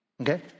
Okay